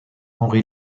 henri